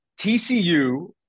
TCU